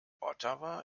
ottawa